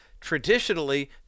traditionally